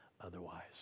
otherwise